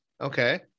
Okay